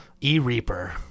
E-Reaper